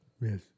Yes